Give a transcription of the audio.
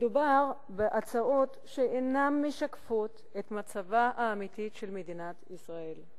מדובר בהצעות שאינן משקפות את מצבה האמיתי של מדינת ישראל.